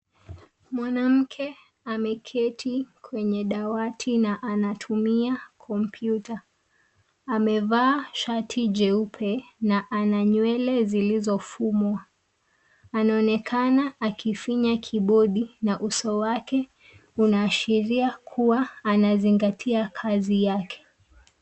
Mwanamke ameketi kwenye dawati na anatumia kompyuta. Amevaa shati jeupe na ana nywele zilizofumwa. Anaonekana akifinya kibodi na uso wake unaashiria kuwa anazingatia kazi yake.